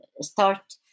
start